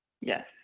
Yes